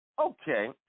Okay